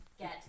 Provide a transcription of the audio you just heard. get